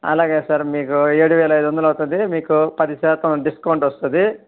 అలాగే సార్ మీకు ఏడువేల ఐదువందలు అవుతుంది మీకు పది శాతం డిస్కౌంట్ వస్తుంది